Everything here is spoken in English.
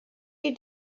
you